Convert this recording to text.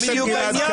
זה בדיוק העניין.